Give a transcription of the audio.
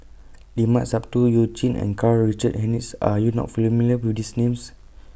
Limat Sabtu YOU Jin and Karl Richard Hanitsch Are YOU not familiar with These Names